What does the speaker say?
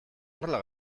horrela